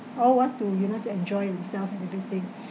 all want to you know to enjoy themselves and everything